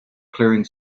clearing